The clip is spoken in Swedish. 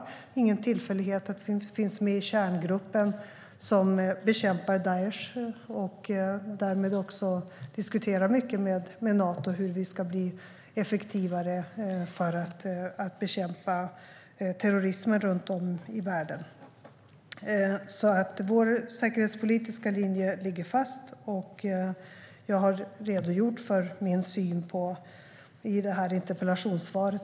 Det är ingen tillfällighet att vi finns med i kärngruppen som bekämpar Daish och därmed också diskuterar mycket med Nato hur vi ska bli effektivare för att bekämpa terrorismen runt om i världen. Vår säkerhetspolitiska linje ligger fast. Jag har redogjort för min syn på detta i det här interpellationssvaret.